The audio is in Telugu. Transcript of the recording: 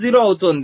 0 అవుతోంది